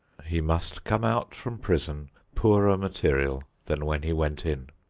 he must come out from prison poorer material than when he went in.